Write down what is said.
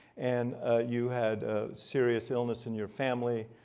and you had a serious illness in your family,